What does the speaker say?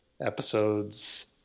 episodes